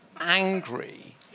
angry